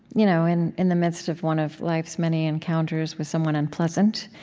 you know in in the midst of one of life's many encounters with someone unpleasant.